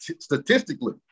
statistically